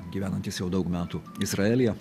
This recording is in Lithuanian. gyvenantys jau daug metų izraelyje